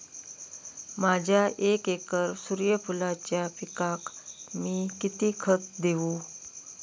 माझ्या एक एकर सूर्यफुलाच्या पिकाक मी किती खत देवू?